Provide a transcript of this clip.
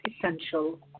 essential